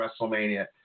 WrestleMania